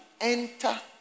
enter